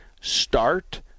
Start